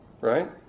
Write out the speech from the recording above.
right